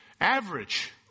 average